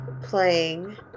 playing